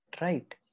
right